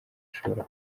ashobora